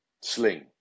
sling